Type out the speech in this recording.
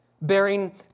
bearing